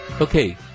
Okay